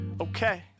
okay